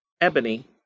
Ebony